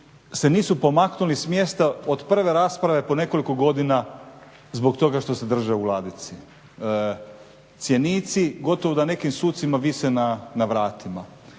se nisu pomaknuli s mjesta od prve rasprave po nekoliko godina zbog toga što se drže u ladici. Cjenici, gotovo da nekim sucima vise na vratima.